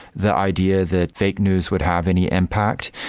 the idea the fake news would have any impact.